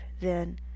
Then